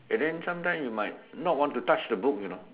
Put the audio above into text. and then sometime you might not want to touch the book you know